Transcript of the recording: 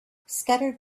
scattered